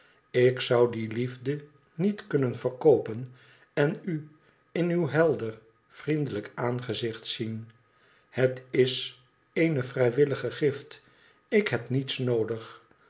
ik zou die liefde niet kunnen veikoopen en u in uw helder vriendelijk aangezicht zien het is eene vrijwillige gift ik heb niets noodig